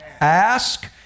ask